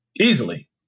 Easily